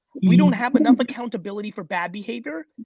we don't have enough accountability for bad behavior,